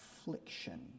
affliction